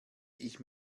ich